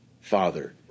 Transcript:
Father